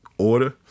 order